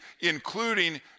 including